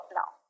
now